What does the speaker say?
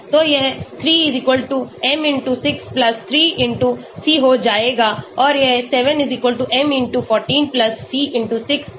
तो यह 3 m 6 3 c हो जाएगा और यह 7 m 14 c 6 है